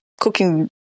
cooking